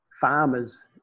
farmers